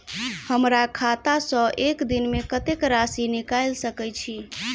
हमरा खाता सऽ एक दिन मे कतेक राशि निकाइल सकै छी